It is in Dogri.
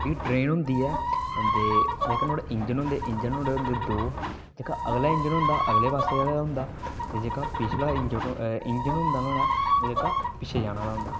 जेह्की ट्रेन होंदी ऐ जेह्का नुहाड़ा इजंन होदां ऐ इंजन नुहाड़े होंदे दौं जेह्का अगला इंजन होंदा अगले पास्से आह्ले दा होंदा जेह्का पिछला इंजन होंदा नुहाड़ा जेह्का पिच्छै जाने आह्ला होंदा